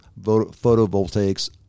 photovoltaics